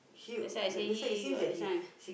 that's why I say he got this one